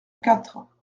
quatre